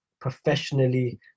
professionally